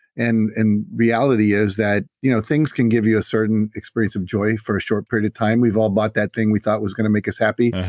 and and reality is that you know things can give you a certain experience of joy for a short period of time. we've all bought that thing we thought was going to make us happy,